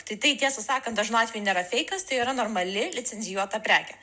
tai tai tiesą sakant dažnu atveju nėra feikas tai yra normali licenzijuota prekė